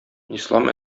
ислам